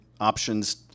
options